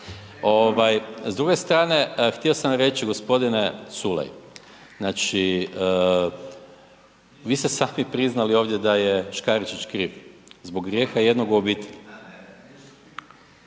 s druge strane htio sam reći gospodine Culej, znači vi ste sami priznali ovdje da je Škaričić kriv zbog grijeha jednog u obitelji